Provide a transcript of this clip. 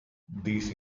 these